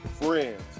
friends